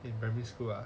in primary school ah